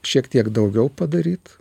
šiek tiek daugiau padaryt